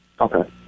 Okay